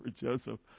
Joseph